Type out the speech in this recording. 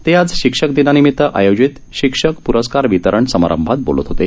ते आज शिक्षक दिनानिमित आयोजित शिक्षक प्रस्कार वितरण समारंभात बोलत होते